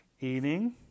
Eating